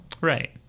Right